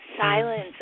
silence